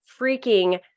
freaking